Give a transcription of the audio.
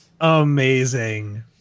Amazing